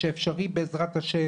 שאפשרי בעזרת ה',